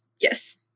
Yes